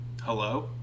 Hello